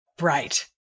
Right